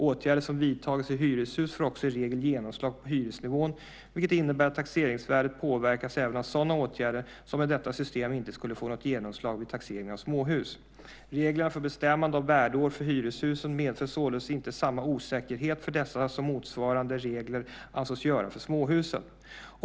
Åtgärder som vidtagits i hyreshus får också i regel genomslag på hyresnivån, vilket innebär att taxeringsvärdet påverkas även av sådana åtgärder som med detta system inte skulle få något genomslag vid taxeringen av småhus. Reglerna för bestämmande av värdeår för hyreshusen medför således inte samma osäkerhet för dessa som motsvarande regler ansågs göra för småhusen.